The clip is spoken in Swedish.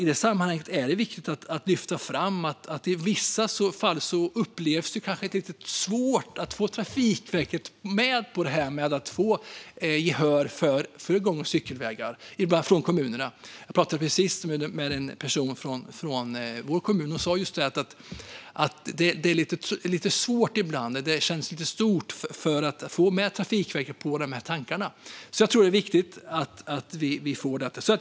I detta sammanhang är det viktigt att lyfta fram att kommunerna kanske i vissa fall upplever det som lite svårt att få med Trafikverket på detta med gång och cykelvägar. Jag pratade precis med en person från vår kommun som sa att det ibland är lite svårt. Det känns lite stort att få med Trafikverket på dessa tankar. Jag tror att det är viktigt att vi får det.